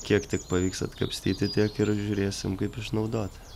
kiek tik pavyks atkapstyti tiek ir žiūrėsim kaip išnaudot